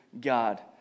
God